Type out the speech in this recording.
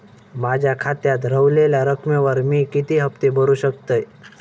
माझ्या खात्यात रव्हलेल्या रकमेवर मी किती हफ्ते भरू शकतय?